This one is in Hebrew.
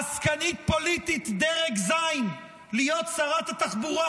עסקנית פוליטית דרג ז', להיות שרת התחבורה.